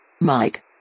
Mike